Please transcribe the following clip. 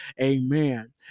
amen